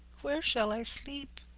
where shall i sleep?